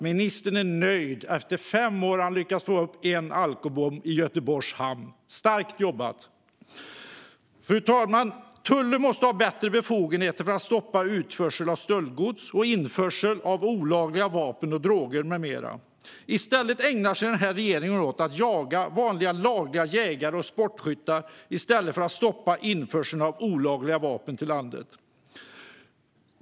Ministern är nöjd. Efter fem år har han lyckats få upp en alkobom i Göteborgs hamn - starkt jobbat! Fru talman! Tullen måste ha bättre befogenheter att stoppa utförsel av stöldgods och införsel av olagliga vapen och droger med mera. Regeringen ägnar sig åt att jaga lagliga jägare och sportskyttar i stället för att stoppa införseln av olagliga vapen i landet.